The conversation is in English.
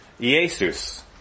Jesus